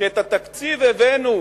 שאת התקציב הבאנו